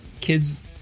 kids